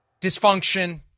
dysfunction